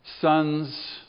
sons